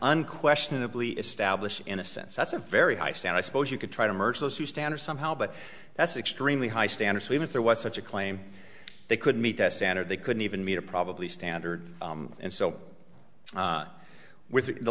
unquestionably established in a sense that's a very high stand i suppose you could try to merge those who stand or somehow but that's extremely high standard so even if there was such a claim they could meet that standard they couldn't even meet or probably standard and so with the